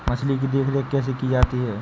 मछली की देखरेख कैसे की जाती है?